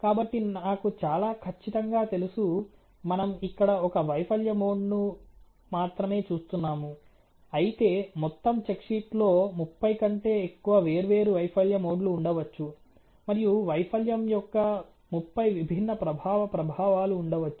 కాబట్టి నాకు చాలా ఖచ్చితంగా తెలుసు మనం ఇక్కడ ఒక వైఫల్య మోడ్ను మాత్రమే చూస్తున్నాము అయితే మొత్తం చెక్ షీట్లో 30 కంటే ఎక్కువ వేర్వేరు వైఫల్య మోడ్లు ఉండవచ్చు మరియు వైఫల్యం యొక్క 30 విభిన్న ప్రభావ ప్రభావాలు ఉండవచ్చు